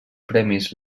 premis